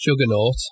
Juggernaut